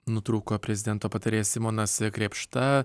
nutrūko prezidento patarėjas simonas krėpšta